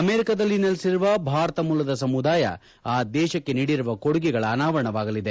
ಅಮೆರಿಕದಲ್ಲಿ ನೆಲೆಸಿರುವ ಭಾರತ ಮೂಲದ ಸಮುದಾಯ ಆ ದೇಶಕ್ಕೆ ನೀಡಿರುವ ಕೊಡುಗೆಗಳ ಅನಾವರಣವಾಗಲಿದೆ